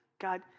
God